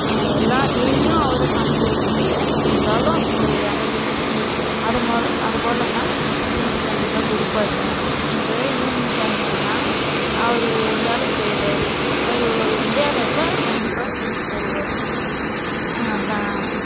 எல்லாம் டெய்லியும் அவரை சமைக்க விட்றதில்ல இருந்தாலும் ஒரு எமெர்ஜென்ஸி அதும்போ அதைப்போலன்னா செஞ்சு கண்டிப்பாக கொடுப்பாருங்க இப்போ ஈவ்னிங் டைமுலைன்னா அவர் வேலைக்கு போயிர்றாரு அது ஒரு முடியாதப்போ கண்டிப்பாக செஞ்சுத்தருவாங்க அதுதான்